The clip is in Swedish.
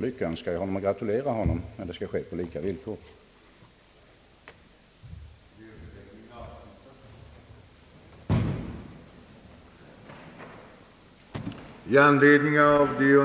lyckönskar jag honom, men konkurrensen skall ske på lika villkor. renskraftiga. Låneverksamheten skulle hava försökskaraktär. Vidare föresloges att en samdistributionsrabatt skulle införas för att främja samdistribution av dagstidningar.